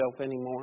anymore